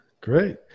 Great